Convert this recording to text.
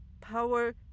Power